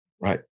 Right